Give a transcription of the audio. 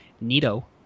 Nito